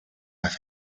las